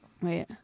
Wait